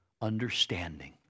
understanding